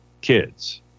kids